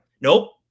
Nope